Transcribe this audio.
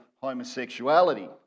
homosexuality